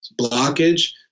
blockage